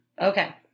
Okay